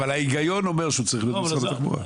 אבל ההיגיון אומר שהוא צריך להיות במשרד התחבורה.